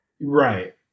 Right